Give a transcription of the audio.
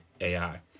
AI